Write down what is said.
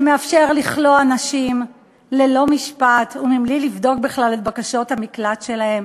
שמאשר לכלוא אנשים ללא משפט ומבלי לבדוק בכלל את בקשות המקלט שלהם.